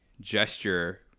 gesture